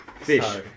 Fish